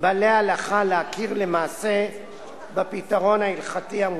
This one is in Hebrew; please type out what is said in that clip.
בעלי ההלכה להכיר למעשה בפתרון ההלכתי המוצע.